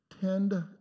tend